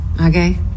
okay